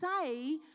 say